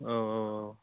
औ औ औ